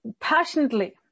passionately